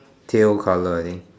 pale colour I think